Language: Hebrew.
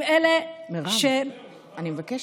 עם אלה, מרב, אני מבקשת.